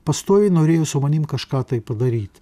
pastoviai norėjo su manim kažką tai padaryti